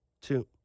two